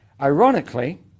Ironically